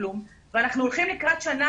לא יצא כלום ואנחנו הולכים לקראת שנה